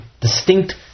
distinct